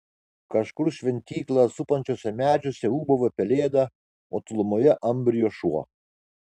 kažkur šventyklą supančiuose medžiuose ūbavo pelėda o tolumoje ambrijo šuo